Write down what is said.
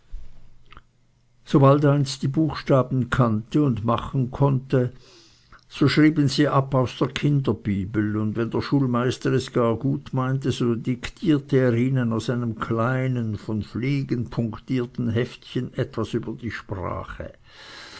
sobald eins die buchstaben kannte und machen konnte so schrieben sie ab aus der kinderbibel und wenn der schulmeister es gar gut meinte so diktierte er ihnen aus einem kleinen von fliegen punktierten heftchen etwas über die sprache